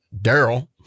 daryl